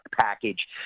package